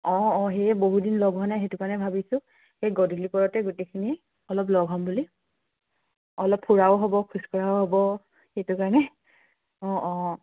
অ অ সেই বহুদিন লগ হোৱা নাই সেইটো কাৰণে ভাবিছোঁ সেই গধূলি পৰতে গোটেইখিনি অলপ লগ হ'ম বুলি অলপ ফুৰাও হ'ব খোজকঢ়াও হ'ব সেইটো কাৰণে অ অ